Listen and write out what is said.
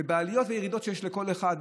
ובעליות ובירידות שיש לכל אחד,